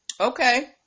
Okay